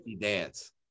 dance